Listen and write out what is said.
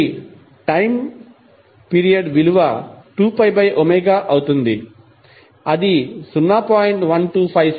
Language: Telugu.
కాబట్టి టైమ్ పీరియడ్ విలువ 2 అవుతుంది అది 0